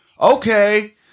okay